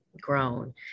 grown